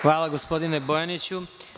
Hvala, gospodine Bojaniću.